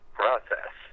process